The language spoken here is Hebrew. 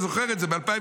אתה זוכר את זה, ב-2003?